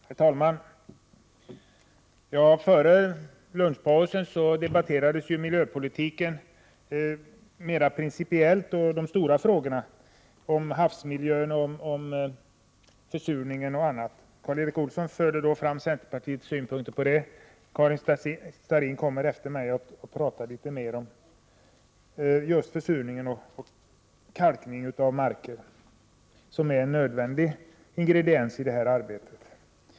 Herr talman! Före middagspausen debatterades miljöpolitiken mera principiellt och de stora frågorna om havsmiljön, försurningen och annat. Karl Erik Olsson förde då fram centerpartiets synpunkter, och Karin Starrin kommer senare att prata om försurningen och kalkningen av marker, som är en nödvändig ingrediens i detta arbete.